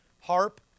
harp